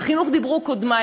על החינוך דיברו קודמי.